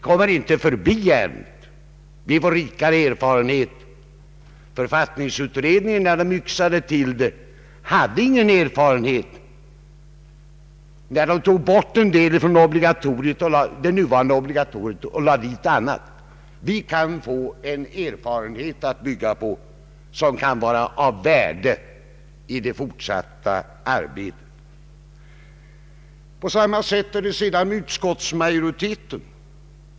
Vi får därmed rikare erfarenhet. Författningsutredningen hade ingen erfarenhet när den utformade sitt förslag och tog bort en del från det nuvarande obligatoriet och lade till något annat. Vi får en erfarenhet att bygga på, som kan vara av värde i det fortsatta arbetet. På samma sätt resonerar utskottsmajoriteten.